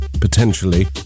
potentially